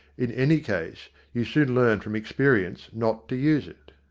in any case, you soon learn from experience not to use it.